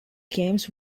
games